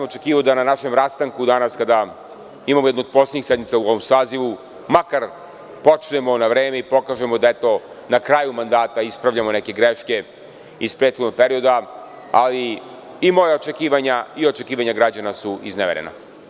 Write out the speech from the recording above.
Očekivao sam da na našem rastanku danas, kada imamo jednu od poslednjih sednica u ovom sazivu, makar počnemo na vreme i pokažemo da eto na kraju mandata ispravljamo neke greške iz prethodnog perioda, ali imalo je očekivanja i očekivanja građana su izneverena.